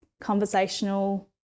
conversational